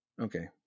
Okay